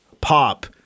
pop